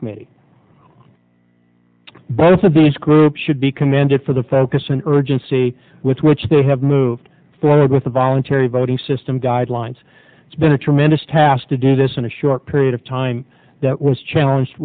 committee both of these groups should be commended for the focus and urgency with which they have moved forward with the voluntary voting system guidelines it's been a tremendous task to do this in a short period of time that was challenged